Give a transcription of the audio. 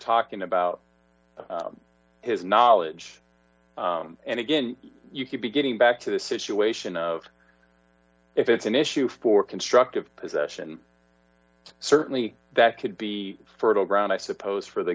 talking about his knowledge and again you could be getting back to the situation of if it's an issue for constructive possession certainly that could be fertile ground i suppose for the